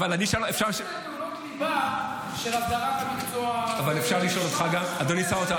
אפשר --- אלו פעולות ליבה של הסדרת המקצוע --- אדוני שר האוצר,